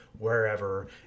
wherever